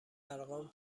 ارقام